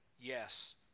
yes